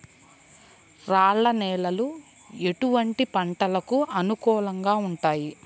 రాళ్ల నేలలు ఎటువంటి పంటలకు అనుకూలంగా ఉంటాయి?